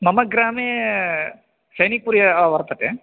मम ग्रामे सैनिकपुर्यां वर्तते